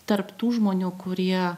tarp tų žmonių kurie